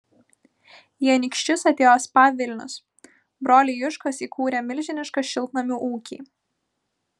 į anykščius atėjo spa vilnius broliai juškos įkūrė milžinišką šiltnamių ūkį